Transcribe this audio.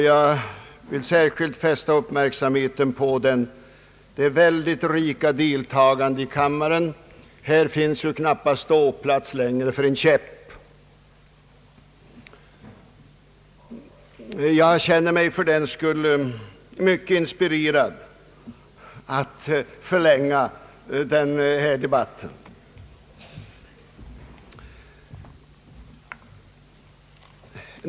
Jag vill särskilt fästa uppmärksamheten på det stora antalet närvarande i kammaren. Här finns knappast ståplats för en käpp. Jag känner mig fördenskull mycket inspirerad att förlänga debatten.